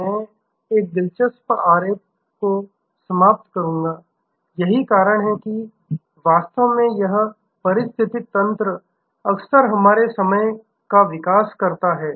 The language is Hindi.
मैं एक दिलचस्प आरेख को समाप्त करूंगा यही कारण है कि वास्तव में यह पारिस्थितिकी तंत्र अक्सर हमारे समय का विकास करता है